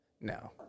No